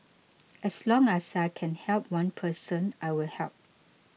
as long as I can help one person I will help